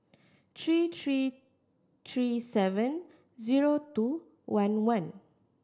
three three three seven zero two one one